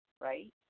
right